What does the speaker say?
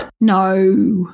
No